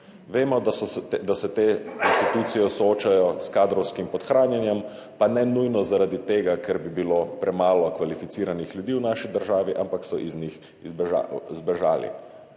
Vemo, da se te institucije soočajo s kadrovskim podhranjenjem, pa ne nujno zaradi tega, ker bi bilo premalo kvalificiranih ljudi v naši državi, ampak so iz njih zbežali.